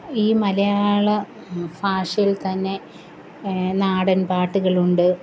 ഈ മലയാള ഭാഷയില്ത്തന്നെ നാടന് പാട്ടുകളുണ്ട്